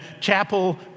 chapel